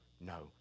no